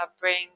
bring